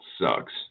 sucks